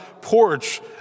porch